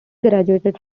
graduated